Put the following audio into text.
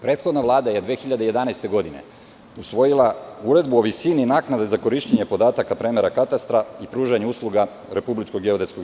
Prethodna Vlada je 2011. godine usvojila Uredbu o visini naknade za korišćenje podataka premera katastra i pružanje usluga RGZ.